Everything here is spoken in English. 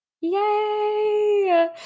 Yay